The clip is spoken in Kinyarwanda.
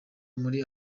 muri